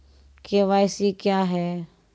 KYC क्या हैं?